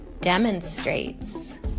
demonstrates